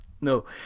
no